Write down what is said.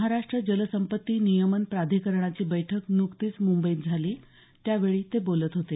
महाराष्ट्र जलसंपत्ती नियमन प्राधिकरणाची बैठक नुकतीच मुंबईत झाली त्यावेळी ते बोलत होते